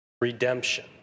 Redemption